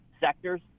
sectors